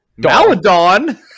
Maladon